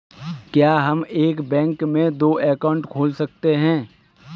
क्या हम एक बैंक में दो अकाउंट खोल सकते हैं?